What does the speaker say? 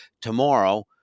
tomorrow